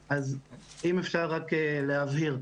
אז אם אפשר להבהיר,